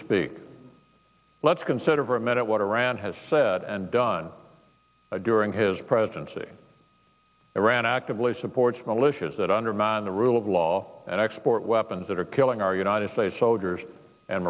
which let's consider for a minute what iran has said and done during his presidency iran actively supports militias that undermine the rule of law and export weapons that are killing our united states soldiers and